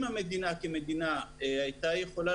אם המדינה כמדינה הייתה יכולה